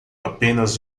apenas